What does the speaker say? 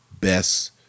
best